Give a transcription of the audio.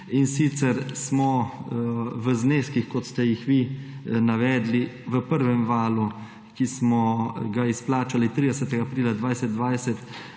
in sicer smo v zneskih, kot ste jih vi navedli, v prvem valu, ki smo jih izplačali 30. aprila 2020,